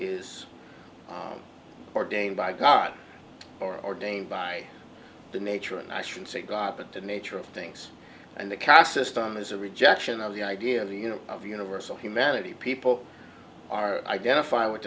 is ordained by god or ordained by the nature and i should say god but the nature of things and the caste system is a rejection of the idea of you know of universal humanity people are identifying with